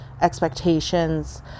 expectations